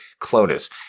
Clonus